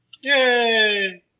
Yay